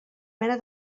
mena